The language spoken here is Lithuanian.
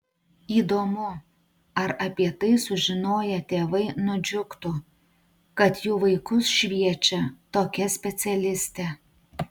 įdomu ar apie tai sužinoję tėvai nudžiugtų kad jų vaikus šviečia tokia specialistė